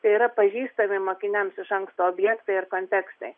tai yra pažįstami mokiniams iš anksto objektai ir kontekstai